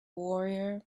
warrior